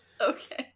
Okay